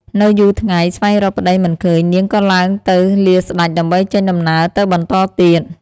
នៅយូរថ្ងៃស្វែងរកប្តីមិនឃើញ នាងក៏ឡើងទៅលាស្តេច ដើម្បីចេញដំណើរទៅបន្តទៀត ។